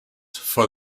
for